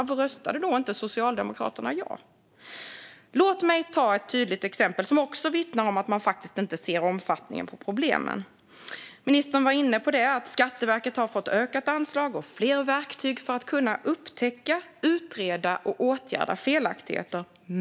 Varför röstade Socialdemokraterna då inte ja? Låt mig ta ett tydligt exempel, som också vittnar om att man inte ser omfattningen av problemen. Ministern var inne på att Skatteverket har fått ökat anslag och fler verktyg för att kunna upptäcka, utreda och åtgärda felaktigheter.